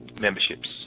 memberships